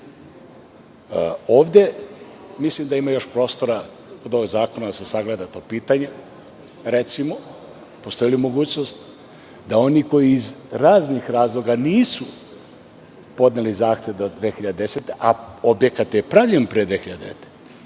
Ovde mislim, da ima još prostora kod ovih zakona da se sagleda to pitanje. Recimo, postoji li mogućnost da oni koji iz raznih razloga nisu podneli zahtev do 2010. godine, a objekat je pravljen pre 2009.